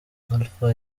alpha